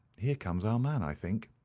here comes our man, i think.